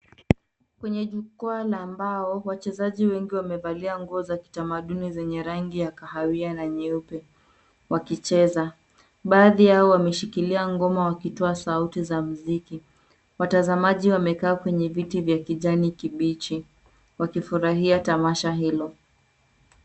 Kwenye juwaa la mbao wachezaji wengi wamevalia nguo za kitamaduni zenye rangi ya kahawia na nyeupe wakicheza. Baadhi yao wameshikilia ngoma wakitoa sauti za muziki. Watazamaji wamekaa kwenye viti vya kijani kibichi wakifurahia tamasha hilo.